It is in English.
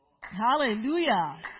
hallelujah